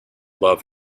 love